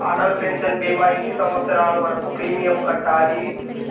Atal pension భీమా ఎన్ని సంవత్సరాలు వరకు ప్రీమియం కట్టాలి?